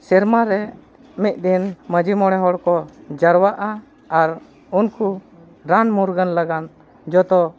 ᱥᱮᱨᱢᱟ ᱨᱮ ᱢᱤᱫ ᱫᱤᱱ ᱢᱟᱺᱡᱷᱤ ᱢᱚᱬᱮ ᱦᱚᱲ ᱠᱚ ᱡᱟᱣᱨᱟᱜᱼᱟ ᱟᱨ ᱩᱱᱠᱩ ᱨᱟᱱ ᱢᱩᱨᱜᱟᱹᱱ ᱞᱟᱹᱜᱤᱫ ᱡᱚᱛᱚ